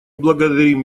благодарим